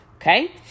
Okay